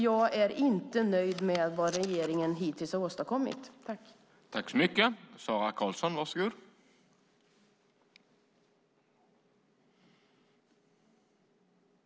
Jag är inte nöjd med vad regeringen har åstadkommit hittills.